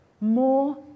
more